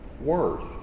worth